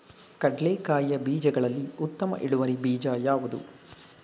ಕಡ್ಲೆಕಾಯಿಯ ಬೀಜಗಳಲ್ಲಿ ಉತ್ತಮ ಇಳುವರಿ ಬೀಜ ಯಾವುದು?